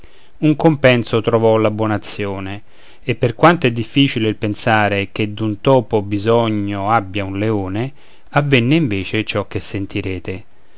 un compenso trovò la buon'azione e per quanto è difficile il pensare che d'un topo bisogno abbia un leone avvenne invece ciò che sentirete